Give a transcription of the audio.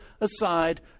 aside